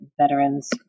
veterans